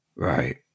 Right